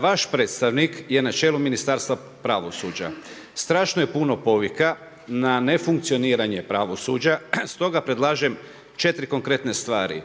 Vaš predstavnik je na čelu Ministarstva pravosuđa. Strašno je puno povika na nefunkcioniranje pravosuđa stoga predlažem četiri konkretne stvari.